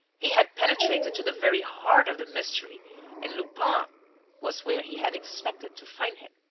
he had penetrated to the very heart of the mystery and lupin was where he had expected to find him.